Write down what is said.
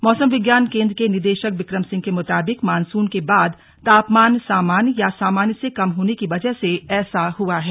मौसम विज्ञान केंद्र के निदेशक बिक्रम सिंह के मुताबिक मानसून के बाद तापमान सामान्य या सामान्य से कम होने की वजह से ऐसा हुआ है